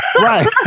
Right